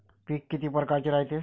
पिकं किती परकारचे रायते?